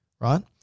Right